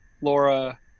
Laura